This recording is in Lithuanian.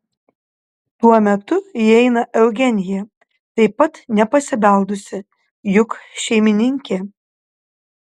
tuo metu įeina eugenija taip pat nepasibeldusi juk šeimininkė